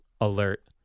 alert